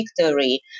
victory